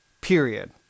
period